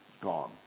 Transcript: gone